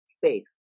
faith